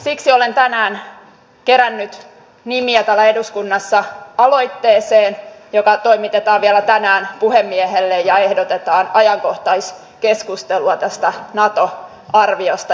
siksi olen tänään kerännyt nimiä täällä eduskunnassa aloitteeseen joka toimitetaan vielä tänään puhemiehelle ja jossa ehdotetaan ajankohtaiskeskustelua tästä nato arviosta